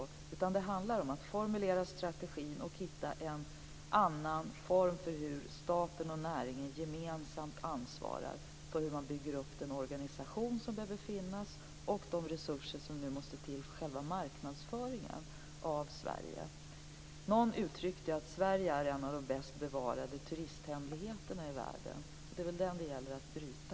Det handlar i stället om att formulera strategin och hitta en annan form för hur staten och näringen gemensamt ansvarar för hur man bygger upp den organisation som behövs och för de resurser som måste till för marknadsföringen av Sverige. Någon uttryckte det så att Sverige är en av de bäst bevarade turisthemligheterna i världen, och det är den som det nu gäller att bryta.